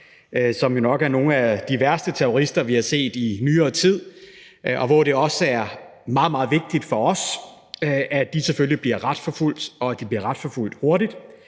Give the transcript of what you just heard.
som nok er nogle af de værste terrorister, vi har set i nyere tid, og hvor det også er meget, meget vigtigt for os, at de selvfølgelig bliver retsforfulgt, og at de bliver retsforfulgt hurtigt.